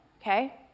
okay